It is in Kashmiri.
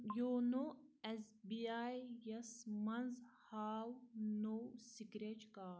یونو ایٚس بی آی یَس منٛز ہاو نوٚو سکریچ کاڈ